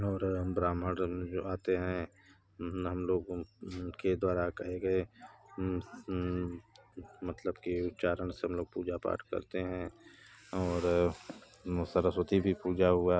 और ब्राह्मण जो आते हैं हम लोग उनके द्वारा कह गए मतलब कि उच्चारण से हम लोग पूजा पाठ करते हैं और सरस्वती की पूजा हुई